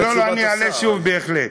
לא, אני אעלה שוב בהחלט.